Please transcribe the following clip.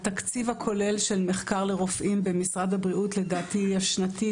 התקציב הכולל של מחקר לרופאים במשרד הבריאות השנתי,